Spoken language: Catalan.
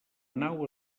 nau